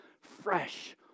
fresh